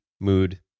mood